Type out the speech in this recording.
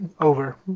over